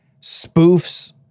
spoofs